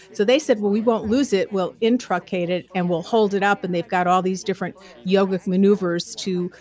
so they said, well, we won't lose it. we'll intricate it and we'll hold it up. and they've got all these different yoga maneuvers to.